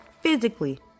physically